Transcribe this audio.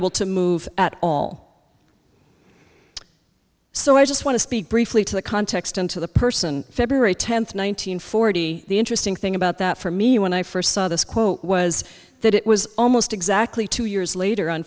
able to move at all so i just want to speak briefly to the context and to the person february tenth one nine hundred forty the interesting thing about that for me when i first saw this quote was that it was almost exactly two years later on